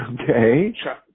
Okay